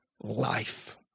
life